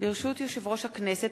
ברשות יושב-ראש הכנסת,